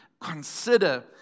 consider